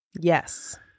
Yes